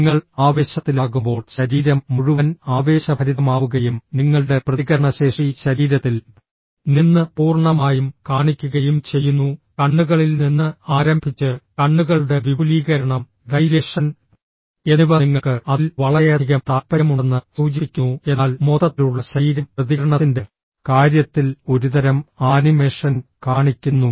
നിങ്ങൾ ആവേശത്തിലാകുമ്പോൾ ശരീരം മുഴുവൻ ആവേശഭരിതമാവുകയും നിങ്ങളുടെ പ്രതികരണശേഷി ശരീരത്തിൽ നിന്ന് പൂർണ്ണമായും കാണിക്കുകയും ചെയ്യുന്നു കണ്ണുകളിൽ നിന്ന് ആരംഭിച്ച് കണ്ണുകളുടെ വിപുലീകരണം ഡൈലേഷൻ എന്നിവ നിങ്ങൾക്ക് അതിൽ വളരെയധികം താൽപ്പര്യമുണ്ടെന്ന് സൂചിപ്പിക്കുന്നു എന്നാൽ മൊത്തത്തിലുള്ള ശരീരം പ്രതികരണത്തിന്റെ കാര്യത്തിൽ ഒരുതരം ആനിമേഷൻ കാണിക്കുന്നു